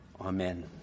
Amen